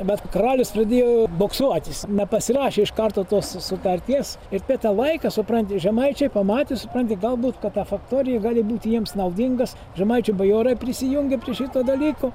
bet karalius pradėjo boksuotis nepasirašė iš karto tos sutarties ir per tą laiką supranti žemaičiai pamatė supranti galbūt kad ta faktorija gali būti jiems naudingas žemaičių bajorai prisijungė prie ši dalyko